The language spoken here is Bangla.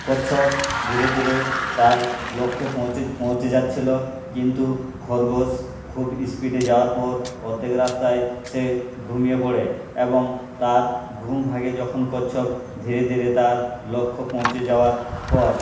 কচ্ছপ ধীরে ধীরে তার লক্ষ্যে পৌঁছে পৌঁছে যাচ্ছিল কিন্তু খরগোশ খুব স্পিডে যাওয়ার পর অর্ধেক রাস্তায় সে ঘুমিয়ে পড়ে এবং তার ঘুম ভাঙে যখন কচ্ছপ ধীরে ধীরে তার লক্ষ্যে পৌঁছে যাওয়ার পর